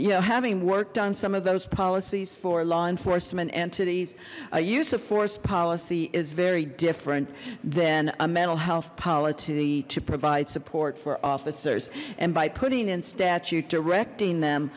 you know having worked on some of those policies for law enforcement entities a use of force policy is very different than a mental health policy to provide support for officers and by putting in statute directing them